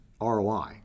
ROI